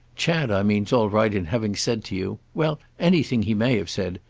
chad i mean's all right in having said to you well anything he may have said.